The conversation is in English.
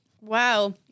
Wow